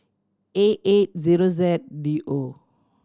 A eight zero Z D O